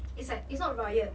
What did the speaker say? it's like it's not riot